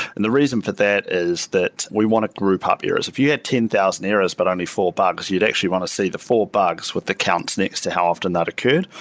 and the reason for that is that we want a group up errors. if you had ten thousand errors, but only four bugs, you'd actually want to see the four bugs with the counts next to how often that occurred.